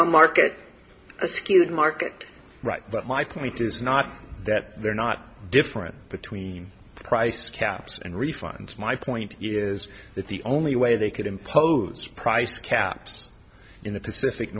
a market skewed market right but my point is not that they're not different between price caps and refunds my point is that the only way they could impose price caps in the pacific